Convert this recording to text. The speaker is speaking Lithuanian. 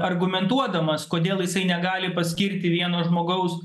argumentuodamas kodėl jisai negali paskirti vieno žmogaus